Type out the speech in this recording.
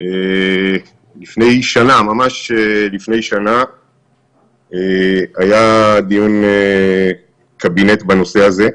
לפני שנה, ממש לפני שנה היה דיון קבינט בנושא הזה.